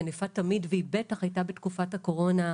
היא ענפה תמיד והיא בטח הייתה בתקופת הקורונה,